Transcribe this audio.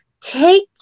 Take